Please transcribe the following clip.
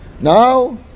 Now